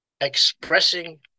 expressing